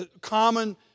common